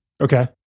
Okay